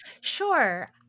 Sure